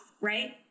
right